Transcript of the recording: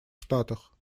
штатах